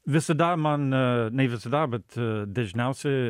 visada man ne visada bet dažniausiai